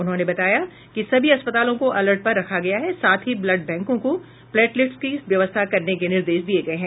उन्होंने बताया कि सभी अस्पतालों को अलर्ट पर रखा गया है साथ ही ब्लड बैंकों को प्लेटलेट्स की व्यवस्था करने के निर्देश दिये गये हैं